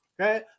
Okay